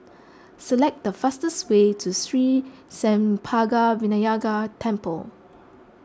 select the fastest way to Sri Senpaga Vinayagar Temple